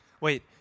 Wait